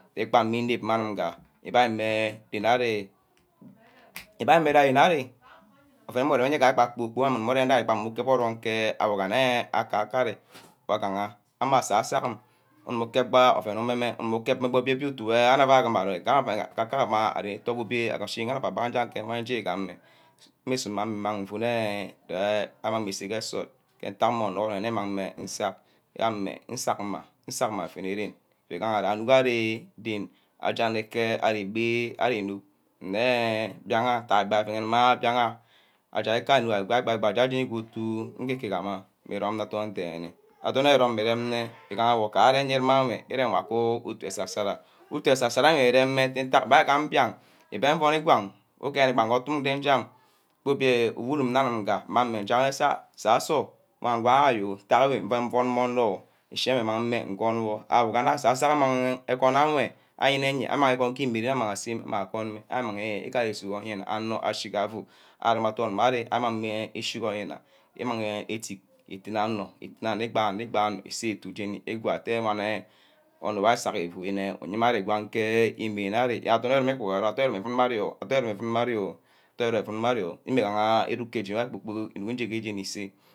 Bangmi înep mme anîm gbar. igbame aren arí ígbamme aren arí oven ígaha kpor kpork jukep odume mme awo nne akaka ami wor agama ame asasor amí umu kep bar oven mme obíaí obai utu abare auāí arume mme akaka to obear ashi wani anu ava gangha nje ka ame mmuse mma afune ja arrí mma ame îsa ke sort ken íntack mme ínsay ari. nisack nisack mma nfene ífugaha je anuck arî nden wey arí înug nne mbia attad aven eme mbía awo, aje ke ari igbaî igbai kutu íkegumma ugu rome nne adorn i remma ke awor íremo aku utu ēsasara utu esasarí uremme mentack agam mbiang gbi invoni mbiang ugereh bar utu mme jam obia uwurum nne anim gba e ímmanme jagha saso wan ngwang ayo o mvone mma onor ushi mmang mme mvonwor. saso amang egwon wor ayenneh amang ke imerene amang a seme amang ígare asu affene gaje amang mme achi ke oryin na ímmang etíck isuno onor imaang imang usay etu jeni herenere onor wor asack îfu uyenere mme ari onor adorn erom adorn erome ivenmma ari o. adorn erom erom ívenmma ari o. adorn eremˈívenmma arí o ígmang arí usay ke jeni